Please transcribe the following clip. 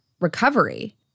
recovery